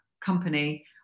company